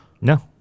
No